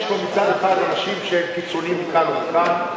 יש פה מצד אחד אנשים שהם קיצונים לכאן ולכאן.